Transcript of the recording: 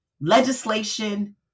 legislation